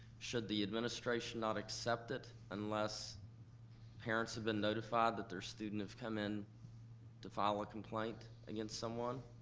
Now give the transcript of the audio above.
should the administration not accept it unless parents have been notified that their student have come in to file a complaint against someone?